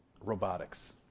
Robotics